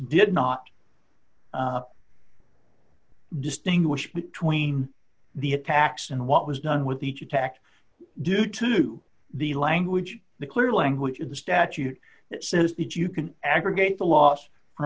did not distinguish between the attacks and what was done with each attack due to the language the clear language of the statute that says that you can aggregate the loss